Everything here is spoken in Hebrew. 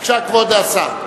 בבקשה, כבוד השר.